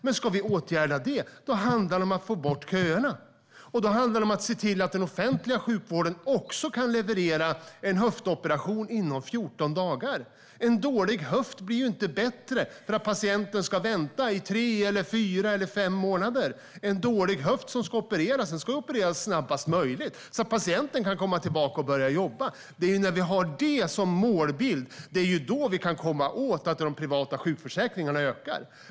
Men ska vi åtgärda detta måste vi få bort köerna. Då handlar det om att se till att den offentliga sjukvården också kan leverera en höftoperation inom 14 dagar. En dålig höft blir ju inte bättre av att patienten ska vänta tre, fyra eller fem månader. En dålig höft ska opereras snabbast möjligt, så att patienten kan komma tillbaka och börja jobba. Det är när vi har detta som målbild som vi kan komma åt att de privata sjukförsäkringarna ökar.